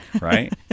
right